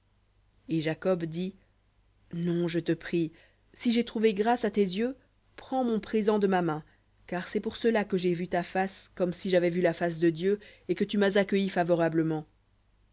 et jacob dit non je te prie si j'ai trouvé grâce à tes yeux prends mon présent de ma main car c'est pour cela que j'ai vu ta face comme si j'avais vu la face de dieu et que tu m'as accueilli favorablement